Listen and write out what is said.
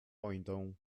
pointą